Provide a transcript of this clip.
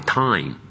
time